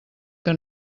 que